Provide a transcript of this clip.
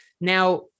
Now